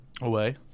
away